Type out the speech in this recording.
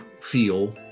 feel